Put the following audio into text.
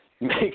make